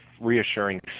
reassuring